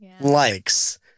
likes